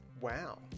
Wow